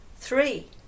three